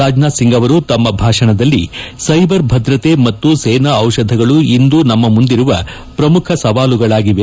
ರಾಜನಾಥ್ ಸಿಂಗ್ ಅವರು ತಮ್ನ ಭಾಷಣದಲ್ಲಿ ಸೈಬರ್ ಭದ್ರತೆ ಮತ್ತು ಸೇನಾ ಔಷಧಗಳು ಇಂದು ನಮ್ನ ಮುಂದಿರುವ ಪ್ರಮುಖ ಸವಾಲುಗಳಾಗಿವೆ